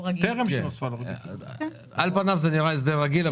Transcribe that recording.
על פניו זה נראה הסדר רגיל.